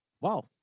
Wow